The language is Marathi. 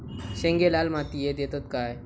शेंगे लाल मातीयेत येतत काय?